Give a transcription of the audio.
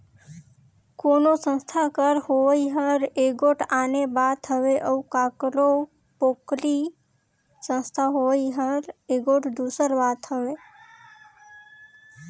कोनो संस्था कर होवई हर एगोट आने बात हवे अउ काकरो पोगरी संस्था होवई हर एगोट दूसर बात हवे